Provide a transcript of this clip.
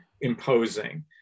imposing